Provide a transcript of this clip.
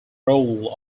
role